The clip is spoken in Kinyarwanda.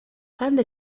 kandi